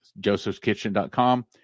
josephskitchen.com